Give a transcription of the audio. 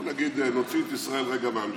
ובוא נגיד שנוציא את ישראל רגע מהמשוואה,